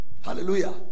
Hallelujah